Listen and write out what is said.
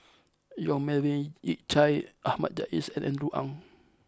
Yong Melvin Yik Chye Ahmad Jais and Andrew Ang